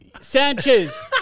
Sanchez